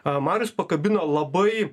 a marius pakabino labai